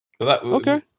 Okay